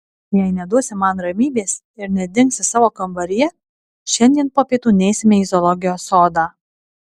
jei neduosi man ramybės ir nedingsi savo kambaryje šiandien po pietų neisime į zoologijos sodą